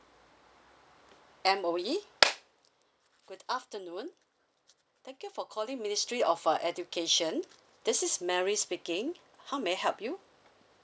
M_O_E good afternoon thank you for calling ministry of uh education this is mary speaking how may I help you